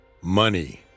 money